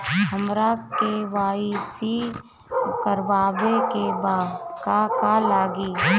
हमरा के.वाइ.सी करबाबे के बा का का लागि?